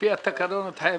על-פי התקנון את חייבת לצאת.